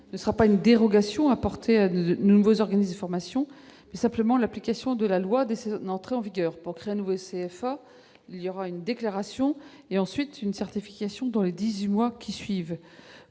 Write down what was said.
non pas une dérogation accordée à de nouveaux organismes de formation, mais simplement l'application de la loi entrée en vigueur. La création d'un nouveau CFA nécessitera une déclaration, puis une certification dans les dix-huit mois qui suivent.